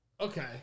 Okay